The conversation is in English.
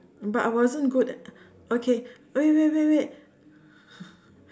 but I wasn't good at okay wait wait wait